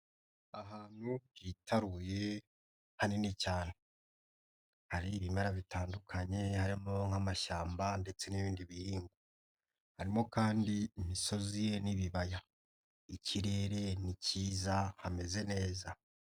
Ahantu Hitaruye hanini cyane hari ibimera bitandukanye harimo nk'amashyamba ndetse n'ibindi birihingwa, harimo kandi imisozi n'ibibaya, ikirere ni cyiza hameze neza.